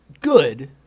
good